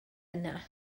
yna